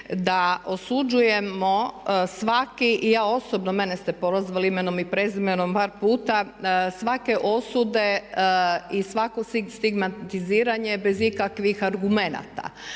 da osuđujemo svaki, i ja osobno jer mene ste prozvali imenom i prezimenom par puta, svake osude i svako stigmatiziranje bez ikakvih argumenata.